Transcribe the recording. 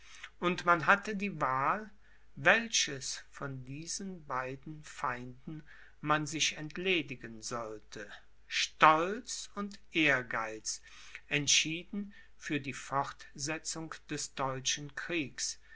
und man hatte die wahl welches von diesen beiden feinden man sich entledigen sollte stolz und ehrgeiz entschieden für die fortsetzung des deutschen